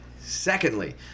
Secondly